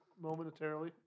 momentarily